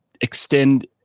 extend